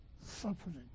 suffering